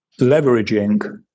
leveraging